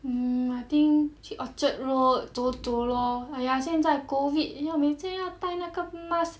mmhmm I think 去 orchard road 走走 lor !aiya! 现在 COVID 每天要带那个 mask